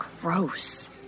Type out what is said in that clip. gross